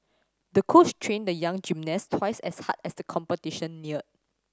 the coach trained the young gymnast twice as hard as the competition neared